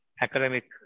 academic